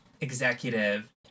executive